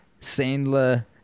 Sandler